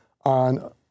on